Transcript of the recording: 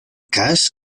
cas